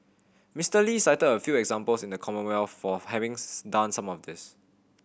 Mister Lee cited a few examples in the Commonwealth for having done some of this